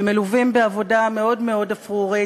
הם מלווים בעבודה מאוד מאוד אפרורית,